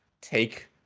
take